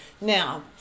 Now